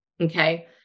okay